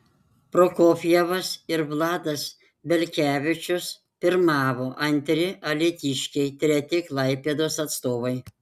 prokofjevas ir vladas belkevičius pirmavo antri alytiškiai treti klaipėdos atstovai